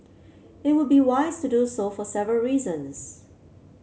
it would be wise to do so for several reasons